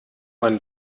man